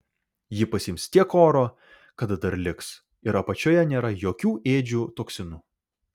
ji pasiims tiek oro kad dar liks ir apačioje nėra jokių ėdžių toksinų